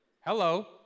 Hello